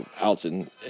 Alton